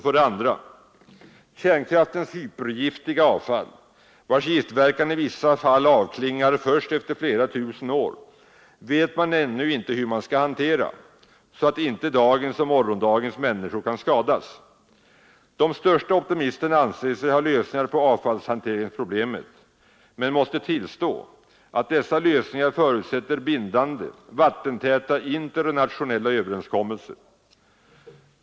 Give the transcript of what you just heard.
För det andra: Kärnkraftverkens hypergiftiga avfall, vars giftverkan i vissa fall avklingar först efter flera tusen år, vet man ännu inte hur man skall hantera så att inte dagens och morgondagens människor skadas. De största optimisterna anser sig ha lösningar på avfallshanteringsproblemet men måste tillstå att dessa lösningar förutsätter bindande, vattentäta internationella överenskommelser.